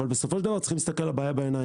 אבל בסופו של דבר צריך להסתכל על הבעיה בעיניים.